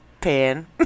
Pen